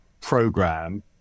program